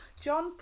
john